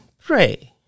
pray